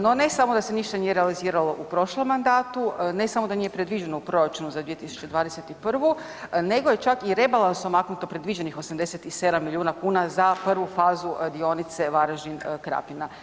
No, ne samo da se nije ništa realiziralo u prošlom mandatu, ne samo da nije predviđeno u proračunu za 2021. nego je čak i rebalansom maknuto predviđenih 87 milijuna kuna za prvu fazu dionice Varaždin-Krapina.